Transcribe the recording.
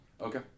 Okay